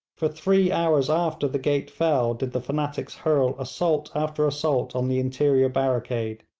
for three hours after the gate fell did the fanatics hurl assault after assault on the interior barricade.